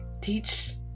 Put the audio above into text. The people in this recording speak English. teach